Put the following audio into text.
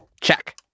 Check